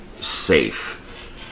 safe